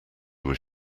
was